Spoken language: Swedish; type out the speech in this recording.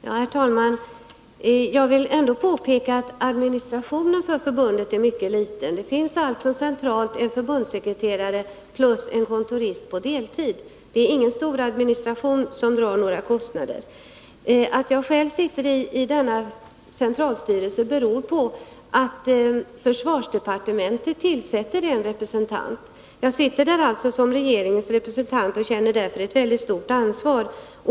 Herr talman! Jag vill påpeka att förbundets administration är mycket liten. Det finns centralt en förbundssekreterare och en kontorist som arbetar på deltid. Det är alltså inte fråga om någon administration som drar stora kostnader. Att jag själv sitter i centralstyrelsen beror på att försvarsdepartementet tillsätter en representant. Jag sitter alltså som regeringens representant och känner därför ett mycket stort ansvar.